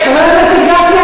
חבר הכנסת גפני,